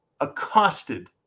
accosted